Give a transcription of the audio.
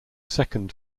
second